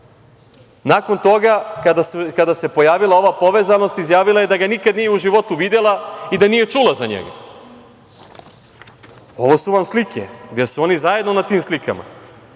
Kuma. Nakon toga, kada se pojavila ova povezanost, izjavila je da ga nikada u životu nije videla i da nije čula za njega. Ovo su vam slike, gde su oni zajedno na tim slikama,